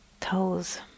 toes